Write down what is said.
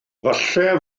falle